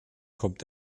kommt